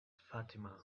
fatima